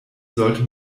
sollte